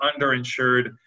underinsured